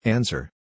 Answer